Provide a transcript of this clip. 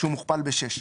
מוכפל ב־6,"